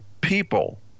people